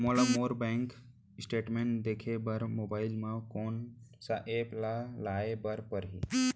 मोला मोर bank statement देखे बर मोबाइल मा कोन सा एप ला लाए बर परही?